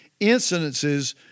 incidences